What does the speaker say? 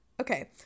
Okay